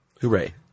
Hooray